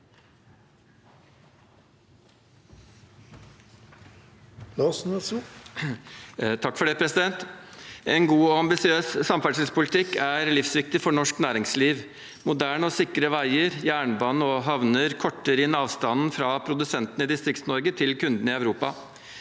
En god og ambisiøs samferdselspolitikk er livsviktig for norsk næringsliv. Moderne og sikre veier, jernbane og havner korter inn avstanden fra produsentene i Distrikts-Norge til kundene i Europa.